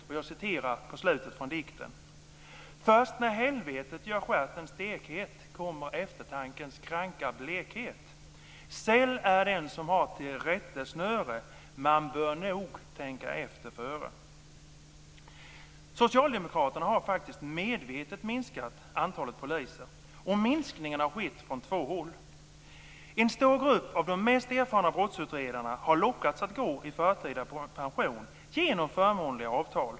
Så här står det i slutet av dikten: Först när helvetet gör stjärten stekhet kommer eftertankens kranka blekhet. Säll är den som har till rättesnöre att man bör nog tänka efter före. Socialdemokraterna har faktiskt medvetet minskat antalet poliser och minskningen har skett från två håll. En stor grupp av de mest erfarna brottsutredarna har lockats att gå i förtida pension genom förmånliga avtal.